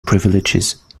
privileges